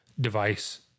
device